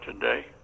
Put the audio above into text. today